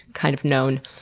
kind of, known?